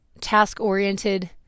task-oriented